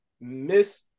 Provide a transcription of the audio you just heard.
Miss